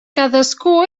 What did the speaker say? cadascú